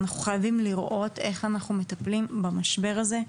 אנחנו חייבים לראות איך אנחנו מטפלים במשבר הזה.